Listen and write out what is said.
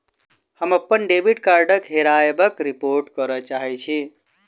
हम अप्पन डेबिट कार्डक हेराबयक रिपोर्ट करय चाहइत छि